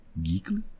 geekly